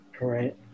Right